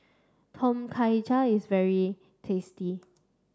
Tom Kha Gai is very tasty